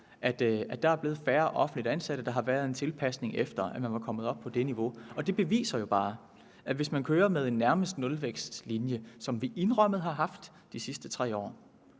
at der er blevet færre offentligt ansatte. Der har været en tilpasning, efter at man var kommet op på det niveau. Og det beviser jo bare, at hvis man kører med det, der nærmest er en nulvækstlinje, som vi – indrømmet – har haft de sidste 3 år,